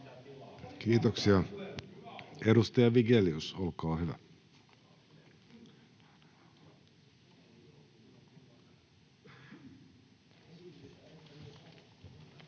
Kiitoksia. — Edustaja Vigelius, olkaa hyvä.